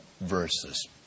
versus